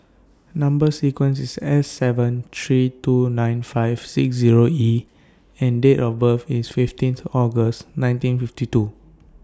Number sequence IS S seven three two nine five six Zero E and Date of birth IS fifteenth August nineteen fifty two